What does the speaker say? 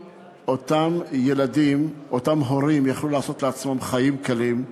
אותם הורים היו יכולים לעשות לעצמם חיים קלים,